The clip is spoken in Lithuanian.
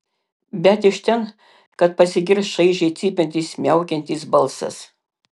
bet iš ten kad pasigirs šaižiai cypiantis miaukiantis balsas